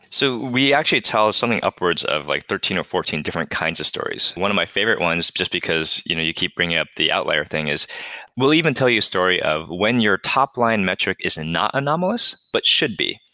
so we actually tell something upwards of like thirteen or fourteen different kinds of stories. one of my favorite one, just because you know you keep bringing up the outlier thing, is we'll even tell you a story of when your top line metric is not anomalous, but should be.